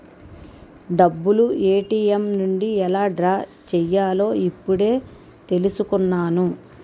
డబ్బులు ఏ.టి.ఎం నుండి ఎలా డ్రా చెయ్యాలో ఇప్పుడే తెలుసుకున్నాను